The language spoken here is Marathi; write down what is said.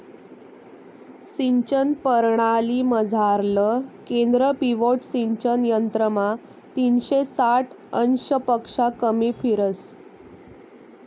सिंचन परणालीमझारलं केंद्र पिव्होट सिंचन यंत्रमा तीनशे साठ अंशपक्शा कमी फिरस